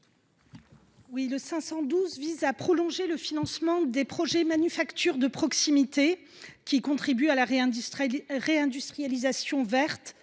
amendement vise à prolonger le financement des projets de manufactures de proximité, qui contribuent à la réindustrialisation verte,